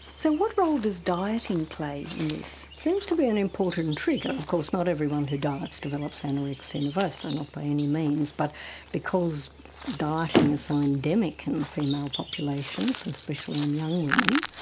so what role does dieting play in this? it seems to be an important trigger. of course not everyone who diets develops anorexia nervosa, not by any means. but because dieting is so endemic in female populations, especially in young women,